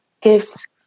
gives